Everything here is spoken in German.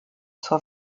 zur